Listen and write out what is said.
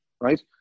right